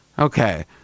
Okay